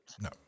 No